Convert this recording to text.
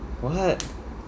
what